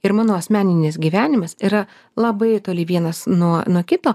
ir mano asmeninis gyvenimas yra labai toli vienas nuo nuo kito